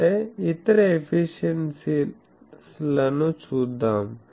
అంటే ఇతర ఎఫిషియెన్సీస్ లను చూద్దాం